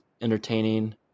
entertaining